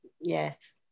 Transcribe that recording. Yes